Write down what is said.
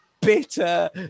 bitter